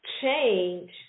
change